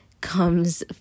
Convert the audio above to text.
comes